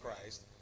Christ